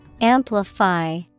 Amplify